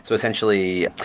so essentially,